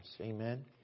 Amen